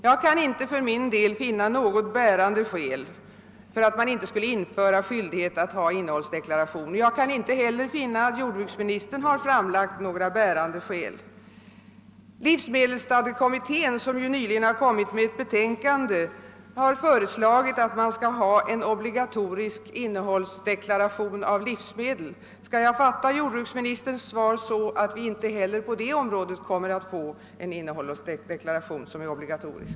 Jag kan för min del inte finna något bärande skäl för att det inte skulle införas skyldighet att ha innehållsdeklaration på paketen. Jag kan inte heller finna att jordbruksministern har framlagt några bärande skäl. Livsmedelsstadgekommittén, som ju nyligen framlagt ett betänkande, har föreslagit en obligatorisk innehållsdeklaration av livsmedel. Skall jag fatta jordbruksministerns svar så, att vi inte heller på det området kommer att få en innehållsdeklaration som är obligatorisk?